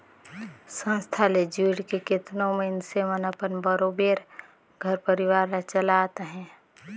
संस्था ले जुइड़ के केतनो मइनसे मन अपन बरोबेर घर परिवार ल चलात अहें